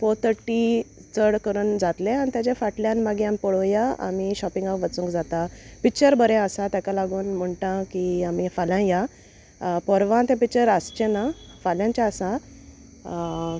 four थटी चोड करून जातलें आनी तेज्या फाटल्यान मागीर आमी पळोवया आमी शॉपिंगाक वचूंक जाता पिक्चर बरें आसा तेका लागून म्हणटा की आमी फाल्यां या पोरवां तें पिक्चर आसचें ना फाल्यांच आसा